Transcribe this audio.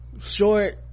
short